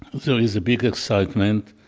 there is a big excitement.